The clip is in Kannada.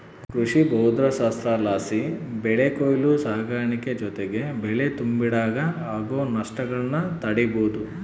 ಕೃಷಿಭೌದ್ದಶಾಸ್ತ್ರಲಾಸಿ ಬೆಳೆ ಕೊಯ್ಲು ಸಾಗಾಣಿಕೆ ಜೊತಿಗೆ ಬೆಳೆ ತುಂಬಿಡಾಗ ಆಗೋ ನಷ್ಟಗುಳ್ನ ತಡೀಬೋದು